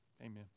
Amen